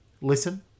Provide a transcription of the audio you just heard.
listen